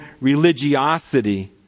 religiosity